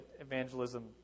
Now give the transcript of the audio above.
evangelism